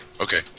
Okay